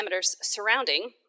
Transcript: surrounding